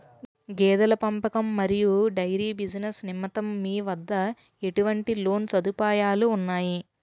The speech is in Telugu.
గేదెల పెంపకం మరియు డైరీ బిజినెస్ నిమిత్తం మీ వద్ద ఎటువంటి లోన్ సదుపాయాలు ఉన్నాయి?